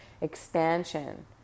expansion